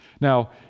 Now